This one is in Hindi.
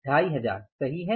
2500 सही है